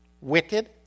wicked